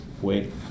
Wait